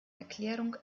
erklärung